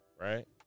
right